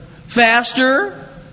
faster